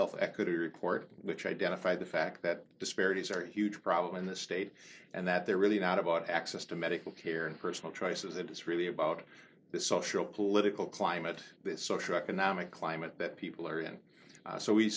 court which identified the fact that disparities are a huge problem in the state and that they're really not about access to medical care and personal choices and it's really about the social political climate that social economic climate that people are in so we